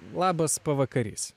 labas pavakarys